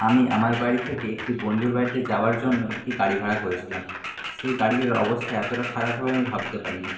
আমি আমার বাড়ি থেকে একটি বন্ধুর বাড়িতে যাওয়ার জন্য একটি গাড়ি ভাড়া করেছিলাম সেই গা ড়ির অবস্থা এতোটা খারাপ হবে আমি ভাবতে পারিনি